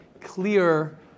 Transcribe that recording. clear